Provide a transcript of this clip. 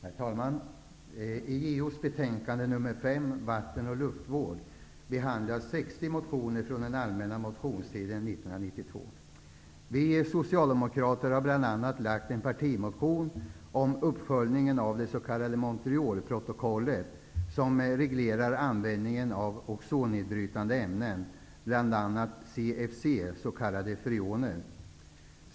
Herr talman! I JoU:s betänkande nr 5 Vatten och luftvård behandlas 60 motioner från den allmänna motionstiden 1992. Vi socialdemokrater har väckt en partimotion om uppföljningen av det s.k. Montrealprotokollet som reglerar användningen av ozonnedbrytande ämnen -- bl.a. CFC, s.k. freoner.